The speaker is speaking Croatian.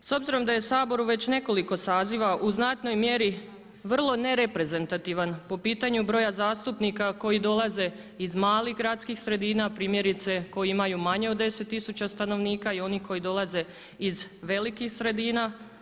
S obzirom da je Sabor u već nekoliko saziva u znatnoj mjeri vrlo ne reprezentativan po pitanju broja zastupnika koji dolaze iz malih gradskih sredina, primjerice koji imaju manje od 10 tisuća stanovnika i onih koji dolaze iz velikih sredina.